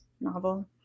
novel